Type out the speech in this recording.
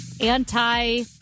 anti